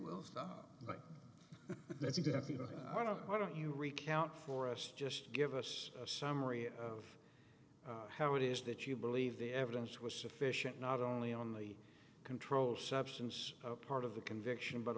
definite i don't know why don't you recount for us just give us a summary of how it is that you believe the evidence was sufficient not only on the controlled substance of part of the conviction but